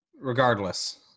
Regardless